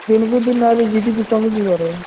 ଦିନକୁ ଦିନ ଆହୁରି ଜି ଡ଼ି ପି କମି ଯିବରେ